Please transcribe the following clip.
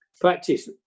practice